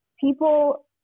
people